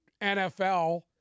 NFL